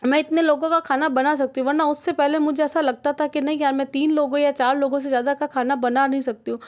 मैं इतने लोगों का खाना बना सकती हूँ वरना उससे पहले मुझे ऐसा लगता था कि नहीं यार मैं तीन लोगों या चार लोगों से ज़्यादा का खाना बना नहीं सकती हूँ